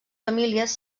famílies